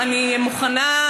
לא מוכן לשמוע?